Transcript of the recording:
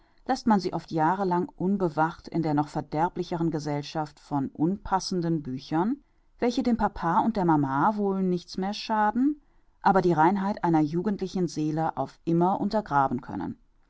läßt man sie oft jahre lang unbewacht in der noch verderblicheren gesellschaft von unpassenden büchern welche dem papa und der mama wohl nichts mehr schaden aber die reinheit einer jugendlichen seele auf immer untergraben können